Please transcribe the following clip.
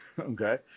okay